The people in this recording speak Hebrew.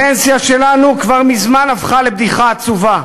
הפנסיה שלנו כבר מזמן הפכה לבדיחה עצובה.